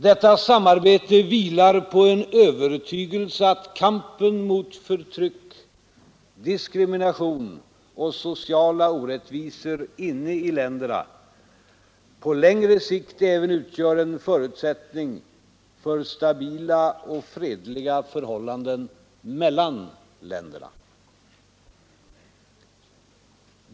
Detta samarbete vilar på en övertygelse att kampen mot förtryck, diskrimination och sociala orättvisor inne i länderna på längre sikt utgör en förutsättning för stabila och fredliga förhållanden även mellan länderna.